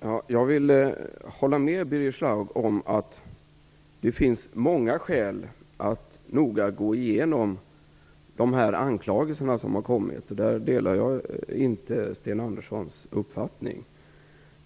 Herr talman! Jag vill hålla med Birger Schlaug om att det finns många skäl att noga gå igenom de anklagelser som har kommit. Jag delar inte Sten Anderssons uppfattning